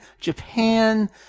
Japan